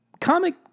comic